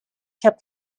kept